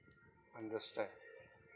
understand